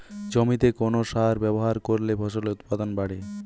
জমিতে কোন সার ব্যবহার করলে ফসলের উৎপাদন বাড়ে?